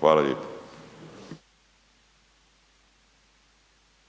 Hvala lijepo.